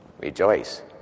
rejoice